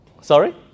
Sorry